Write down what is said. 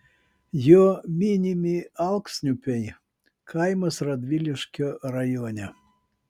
jo minimi alksniupiai kaimas radviliškio rajone